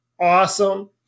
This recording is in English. awesome